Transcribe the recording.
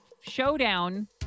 showdown